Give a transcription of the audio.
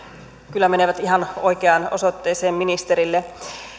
kyllä menevät ihan oikeaan osoitteeseen ministerille